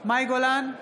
מאי גולן,